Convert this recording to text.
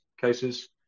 cases